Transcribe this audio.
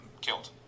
killed